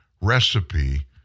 recipe